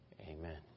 Amen